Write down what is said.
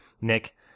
Nick